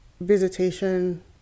visitation